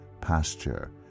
pasture